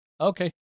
Okay